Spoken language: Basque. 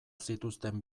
zituzten